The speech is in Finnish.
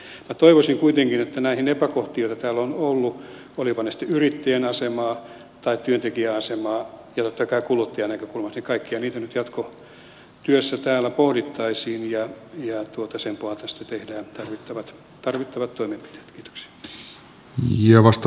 minä toivoisin kuitenkin että kaikkia näitä epäkohtia joita täällä on ollut koskivatpa ne sitten yrittäjän asemaa tai työntekijän asemaa ja totta kai kuluttajan näkökulmaa nyt jatkotyössä täällä pohdittaisiin ja sen pohjalta sitten tehdään tarvittavat toimenpiteet